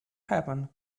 happen